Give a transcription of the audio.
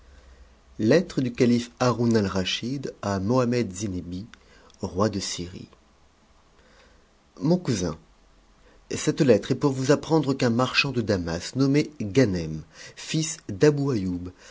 a mohammet zinebi roi de syrie mon cousin cette lettre est pour vous apprendre qu'un marchand bamas nommé ganem fils ù'abou